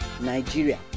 Nigeria